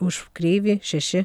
už kreivį šeši